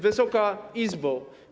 Wysoka Izbo!